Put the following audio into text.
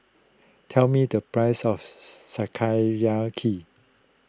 tell me the price of